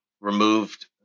removed